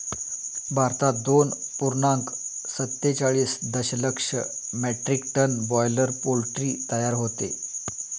भारतात दोन पूर्णांक सत्तेचाळीस दशलक्ष मेट्रिक टन बॉयलर पोल्ट्री तयार होते